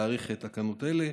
להאריך תקנות אלה.